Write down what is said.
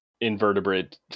invertebrate